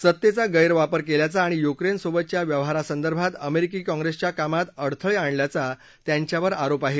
सत्तेचा गखापर केल्याचा आणि युक्रेनसोबतच्या व्यवहारासंदर्भात अमेरिकी काँप्रेसच्या कामात अडथळे आणल्याचा त्यांच्यावर आरोप आहे